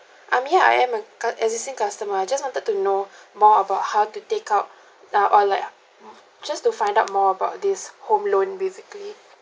I mean I am a cu~ existing customer I just wanted to know more about how to take out ah or like just to find out more about this home loan basically